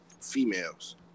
Females